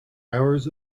hours